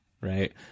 right